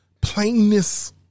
plainness